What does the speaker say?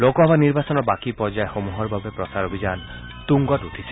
লোকসভা নিৰ্বাচনৰ বাকী পৰ্যায়সমূহৰ বাবে প্ৰচাৰ অভিযান তুংগত উঠিছে